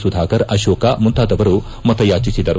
ಸುಧಾಕರ್ ಅಶೋಕ ಮುಂತಾದವರು ಮತಯಾಚಿಸಿದರು